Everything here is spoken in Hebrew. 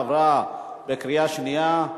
עברה בקריאה שנייה.